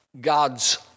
God's